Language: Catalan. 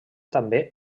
també